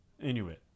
Inuit